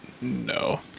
no